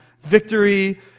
victory